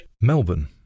Melbourne